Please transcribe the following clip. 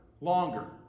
longer